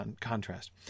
contrast